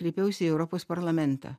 kreipiausi į europos parlamentą